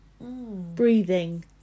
Breathing